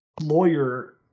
lawyer